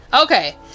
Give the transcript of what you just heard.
okay